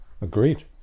Agreed